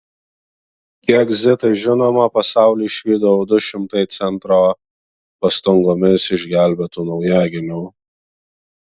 kiek zitai žinoma pasaulį išvydo jau du šimtai centro pastangomis išgelbėtų naujagimių